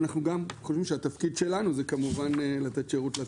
ואנחנו גם חושבים שהתפקיד שלנו זה כמובן לתת שירות לצרכן,